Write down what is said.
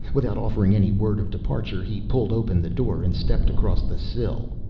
without offering any word of departure, he pulled open the door and stepped across the sill.